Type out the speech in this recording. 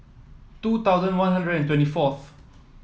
two thousand One Hundred twenty fourth